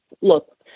look